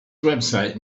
website